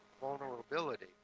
vulnerability